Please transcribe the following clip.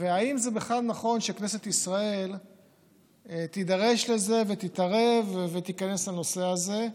ואם זה בכלל נכון שכנסת ישראל תידרש לזה ותתערב ותיכנס לנושא הזה,